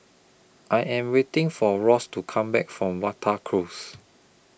I Am waiting For Ross to Come Back from Wata Close